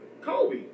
Kobe